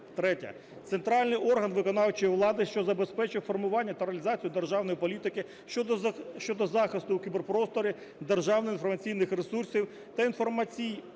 третє – центральний орган виконавчої влади, що забезпечує формування та реалізацію державної політики щодо захисту у кіберпросторі державних інформаційних ресурсів та інформації,